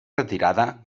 retirada